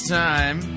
time